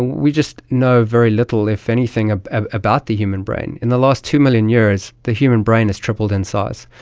we just know very little, if anything, ah ah about the human brain. in the last two million years the human brain has tripled in size.